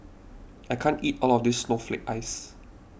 I can't eat all of this Snowflake Ice